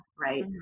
Right